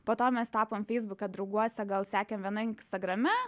po to mes tapom feisbuke drauguose gal sekėm viena instagrame